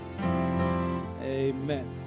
amen